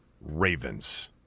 Ravens